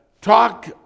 talk